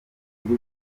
kuri